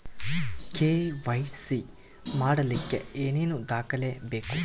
KYC ಮಾಡಲಿಕ್ಕೆ ಏನೇನು ದಾಖಲೆಬೇಕು?